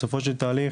בסופו של תהליך,